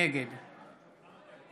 נגד מאזן